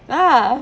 ah